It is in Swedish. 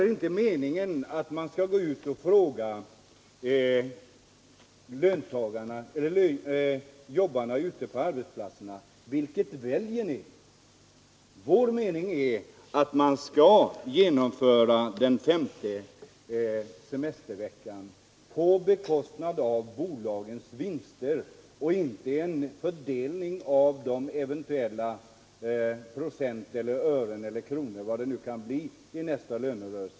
Man behöver inte gå ut och fråga jobbarna ute på arbetsplatserna: Vilket väljer ni? Vårt krav är att den femte semesterveckan skall genomföras på bekostnad av bolagens vinster och inte genom en fördelning av de eventuella procent eller ören eller kronor som kan bli resultatet av nästa lönerörelse.